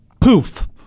poof